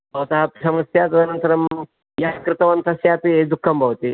भवतः अपि समस्या तदनन्तरं यः कृतवान् तस्यापि दुःखं भवति